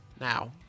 now